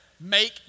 make